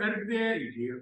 erdvė ji